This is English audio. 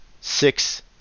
six